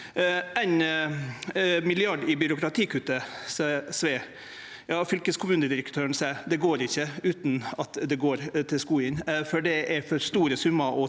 Éin milliard i byråkratikutt, seier Sve. Fylkeskommunedirektøren seier det ikkje går utan at det går til skogen, for det er for store summar å ta